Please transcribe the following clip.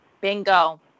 bingo